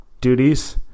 duties